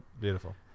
beautiful